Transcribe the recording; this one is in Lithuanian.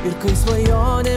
ir kai svajonė